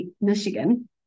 Michigan